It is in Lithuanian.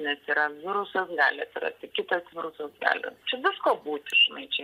nes yra virusas gali atsirasti kitas virusas gali čia visko būti žinai čia